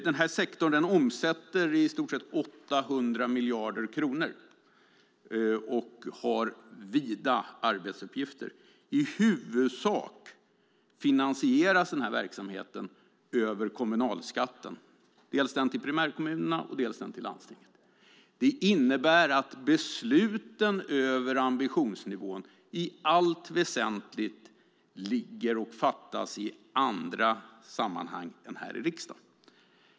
Denna sektor omsätter i stort sett 800 miljarder kronor och har vida arbetsuppgifter. I huvudsak finansieras verksamheten över kommunalskatten, dels den till primärkommunerna, dels den till landstingen. Det innebär att besluten över ambitionsnivån i allt väsentligt fattas i andra sammanhang än här i riksdagen.